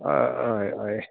हय हय हय